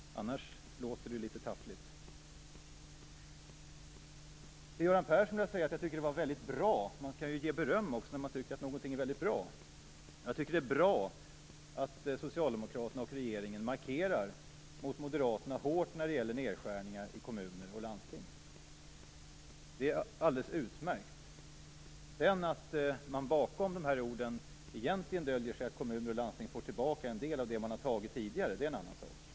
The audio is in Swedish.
Annars låter det litet taffligt. Till Göran Persson vill jag säga: Jag tycker att det var väldigt bra - man kan ju ge beröm när man tycker att någonting är bra - att Socialdemokraterna och regeringen hårt markerar mot Moderaterna när det gäller nedskärningar i kommuner och landsting. Det är alldeles utmärkt. Att det sedan bakom dessa ord döljer sig att kommuner och landsting får tillbaka en del av det man har tagit tidigare är en annan sak.